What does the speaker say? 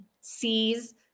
sees